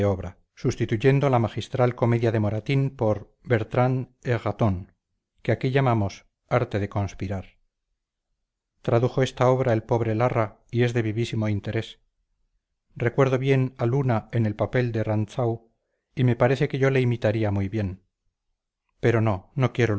sustituyendo la magistral comedia de moratín por bertrand et ratn que aquí llamamos arte de conspirar tradujo esta obra el pobre larra y es de vivísimo interés recuerdo bien a luna en el papel de rantzau y me parece que yo le imitaría muy bien pero no no quiero